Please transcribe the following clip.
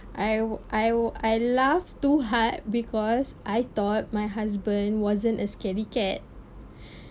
I would I would I laugh too hard because I thought my husband wasn't a scary cat